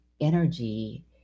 energy